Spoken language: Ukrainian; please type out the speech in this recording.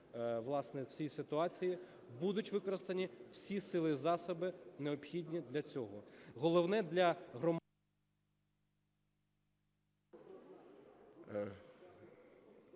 в цій ситуації, будуть використані всі сили і засоби, необхідні для цього.